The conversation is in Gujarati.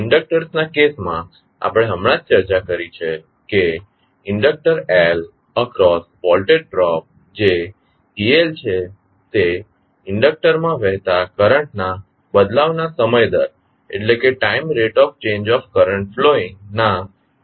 ઇન્ડક્ટર્સના કેસમાં આપણે હમણાં જ ચર્ચા કરી છે કે inductor L across voltage drop જે eLt છે તે ઇન્ડક્ટરમાં વહેતા કરંટના બદલાવના સમય દર ના પ્રમાણસર છે